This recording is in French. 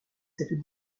cette